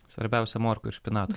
svarbiausia morkų ir špinatų